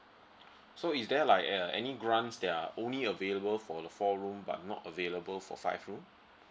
so is there like uh any grants that are only available for the four room but not available for five room